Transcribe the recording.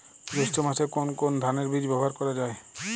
জৈষ্ঠ্য মাসে কোন ধানের বীজ ব্যবহার করা যায়?